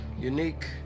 unique